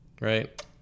right